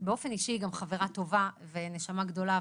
שבאופן אישי היא גם חברה טובה ונשמה טובה.